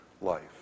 life